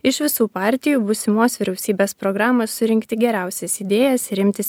iš visų partijų būsimos vyriausybės programos surinkti geriausias idėjas ir imtis